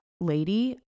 lady